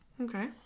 Okay